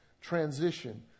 transition